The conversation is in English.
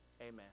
Amen